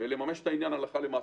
ולממש את העניין הלכה למעשה,